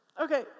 Okay